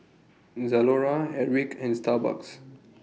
Zalora Airwick and Starbucks